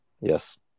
Yes